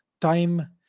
time